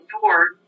door